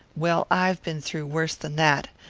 well, i've been through worse than that.